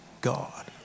God